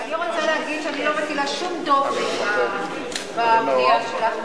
אני רוצה להגיד שאני לא מטילה שום דופי בפנייה שלך,